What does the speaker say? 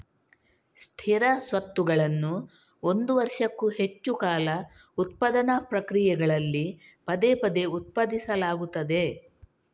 ಸ್ಥಿರ ಸ್ವತ್ತುಗಳನ್ನು ಒಂದು ವರ್ಷಕ್ಕೂ ಹೆಚ್ಚು ಕಾಲ ಉತ್ಪಾದನಾ ಪ್ರಕ್ರಿಯೆಗಳಲ್ಲಿ ಪದೇ ಪದೇ ಉತ್ಪಾದಿಸಲಾಗುತ್ತದೆ